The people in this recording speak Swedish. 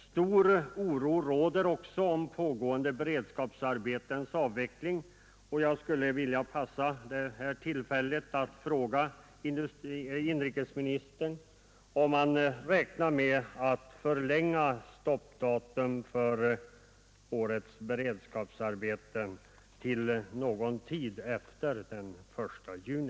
Stor oro råder också för pågående beredskapsarbeten i avveckling. Jag vill passa på tillfället att fråga inrikesministern om regeringen räknar med att förlänga stoppdatum för årets beredskapsarbeten till någon tid efter den 1 juni.